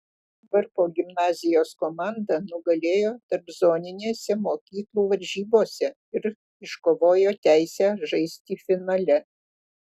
varpo gimnazijos komanda nugalėjo tarpzoninėse mokyklų varžybose ir iškovojo teisę žaisti finale